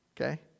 Okay